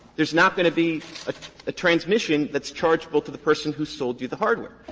there's not going to be a transmission that's chargeable to the person who sold you the hardware.